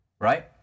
Right